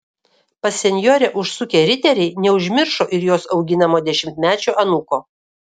pas senjorę užsukę riteriai neužmiršo ir jos auginamo dešimtmečio anūko